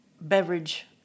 beverage